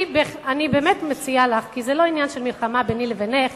זה לא עניין של מלחמה ביני לבינך,